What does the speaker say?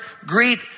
greet